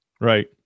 Right